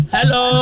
Hello